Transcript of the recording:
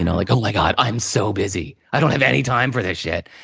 and like, oh my god, i'm so busy, i don't have any time for this shit!